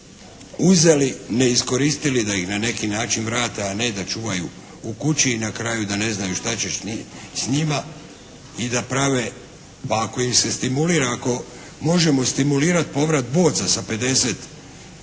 uzeli, ne iskoristili da ih na neki način vrate, a ne da čuvaju u kući i na kraju da ne znaju šta će s njima i da prave, pa ako ih se stimulira, ako možemo stimulirati povrat boca sa 50